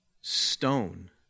stone